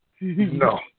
No